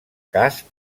casp